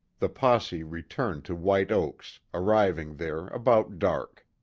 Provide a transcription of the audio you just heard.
the posse returned to white oaks, arriving there about dark.